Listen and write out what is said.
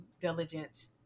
diligence